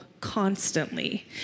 constantly